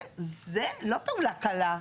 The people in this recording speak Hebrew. זה לא פעולה קלה,